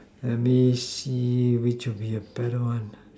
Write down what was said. let me see which of the better one